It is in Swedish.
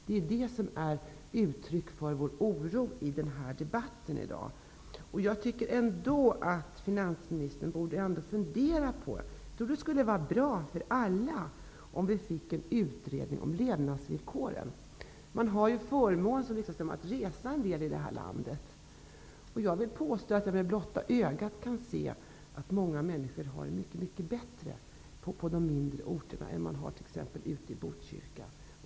Vi vill ge uttryck för vår oro för detta i debatten i dag. Jag tycker att finansministern borde fundera på det. Jag tror att det skulle vara bra för alla om en utredning om levnadsvillkoren tillsattes. Som riksdagsledamot har man förmånen att resa en del i landet, och jag vill påstå att jag då med blotta ögat kan se att många människor har det mycket bättre på mindre orter än i t.ex. Botkyrka.